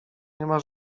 niema